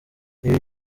ibi